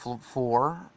Four